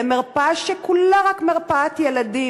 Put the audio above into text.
למרפאה שכולה רק מרפאת ילדים,